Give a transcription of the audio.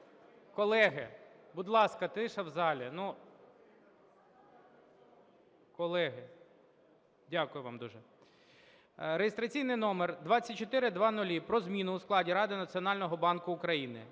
колеги, будь ласка, тиша в залі! Колеги, дякую вам дуже. Реєстраційний номер 2400: про зміну у складі Ради Національного банку України.